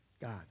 God